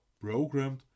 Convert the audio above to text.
programmed